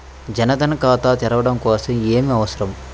జన్ ధన్ ఖాతా తెరవడం కోసం ఏమి అవసరం?